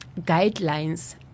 guidelines